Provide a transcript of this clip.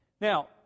Now